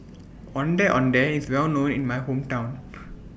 Ondeh Ondeh IS Well known in My Hometown